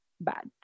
bad